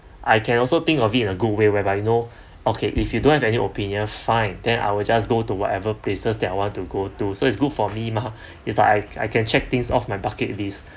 I can also think of it in a good way whereby you know okay if you don't have any opinion fine then I will just go to whatever places that I want to go to so it's good for me mah is like I I can check things off my bucket list